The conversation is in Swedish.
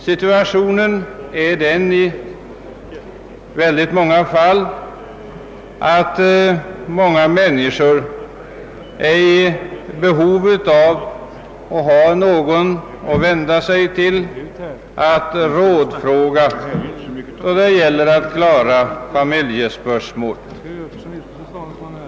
Situationen är för många människor sådan att de är i behov av att ha någon att rådfråga då det gäller familjespörsmål.